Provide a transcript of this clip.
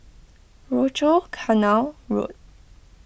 Rochor Canal Road